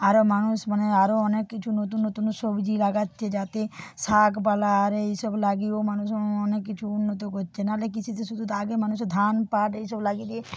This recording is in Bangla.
আরও মানুষ মানে আরও অনেক কিছু নতুন নতুন সবজি লাগাচ্ছে যাতে শাক পালা আর এই সব লাগিয়েও মানুষের অনেক কিছু উন্নতিও করছে নাহলে কৃষিতে শুধু তো আগে মানুষে ধান পাট এই সব লাগিয়ে দিয়ে